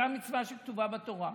זו המצווה שכתובה בתורה,